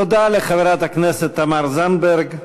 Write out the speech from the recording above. תודה לחברת הכנסת תמר זנדברג.